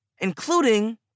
including